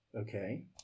Okay